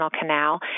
canal